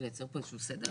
איזשהו סדר?